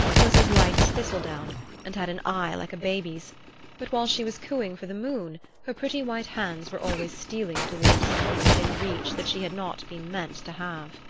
was as light as thistledown and had an eye like a baby's but while she was cooing for the moon her pretty white hands were always stealing toward something within reach that she had not been meant to have.